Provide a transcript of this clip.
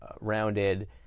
rounded